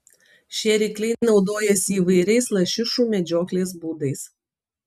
šie rykliai naudojasi įvairiais lašišų medžioklės būdais